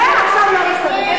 זה עכשיו לא בסדר.